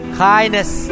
kindness